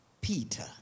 Peter